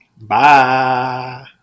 Bye